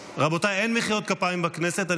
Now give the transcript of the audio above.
רבותיי, אין מחיאות כפיים בכנסת.